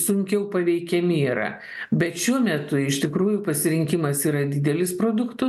sunkiau paveikiami yra bet šiuo metu iš tikrųjų pasirinkimas yra didelis produktų